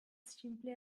sinple